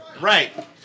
right